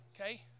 okay